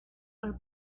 are